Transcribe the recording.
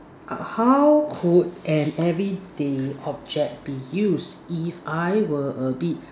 err how could an everyday object be use if I were a bit